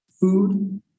food